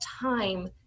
time